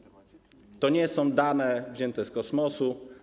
To nie są dane wzięte z kosmosu.